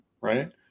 right